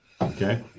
okay